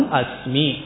asmi